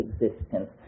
existence